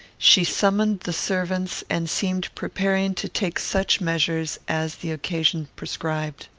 she summoned the servants and seemed preparing to take such measures as the occasion prescribed.